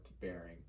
bearing